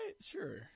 sure